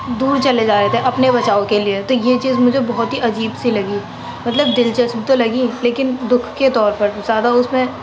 دور چلے جا رہے تھے اپنے بچاؤ کے لیے تو یہ چیز مجھے بہت ہی عجیب سی لگی مطلب دلچسپ تو لگی لیکن دکھ کے طور پر زیادہ اس میں